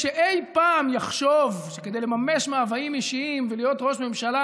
שאי פעם יחשוב שכדי לממש מאוויים אישיים ולהיות ראש ממשלה,